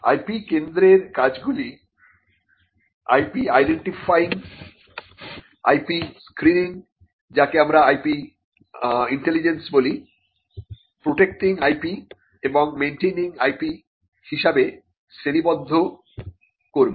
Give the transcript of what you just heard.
IP কেন্দ্রের কাজগুলি IP identifying ণ IP স্ক্রিনিং যাকে আমরা IP ইন্টেলিজেন্স বলি প্রটেক্টিং IP এবং মেইনটেইনিং IP ণ হিসেবে শ্রেণীবদ্ধ করবে